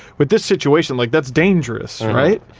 but this situation. like that's dangerous, right?